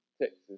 Texas